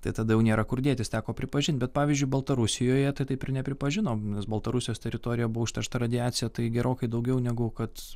tai tada jau nėra kur dėtis teko pripažint bet pavyzdžiui baltarusijoje tai taip ir nepripažino baltarusijos teritorija buvo užteršta radiacija tai gerokai daugiau negu kad